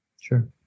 Sure